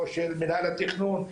או של מינהל התכנון,